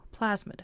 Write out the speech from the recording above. Plasmid